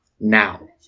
Now